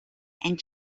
and